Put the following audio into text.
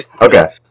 Okay